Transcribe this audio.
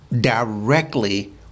directly